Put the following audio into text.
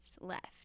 left